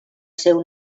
seu